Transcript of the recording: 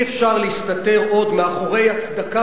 אי-אפשר להסתתר עוד מאחורי הצדקה